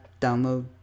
download